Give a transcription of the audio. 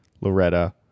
Loretta